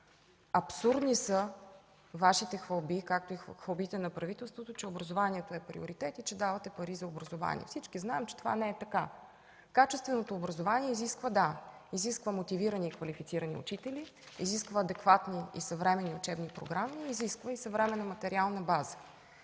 Абсурдни са Вашите хвалби, както и хвалбите на правителството, че образованието е приоритет и че давате пари за образование. Всички знаем, че това не е така. Качественото образование изисква мотивирани и квалифицирани учители, изисква адекватни, съвременни учебни програми, изисква и съвременна материална база.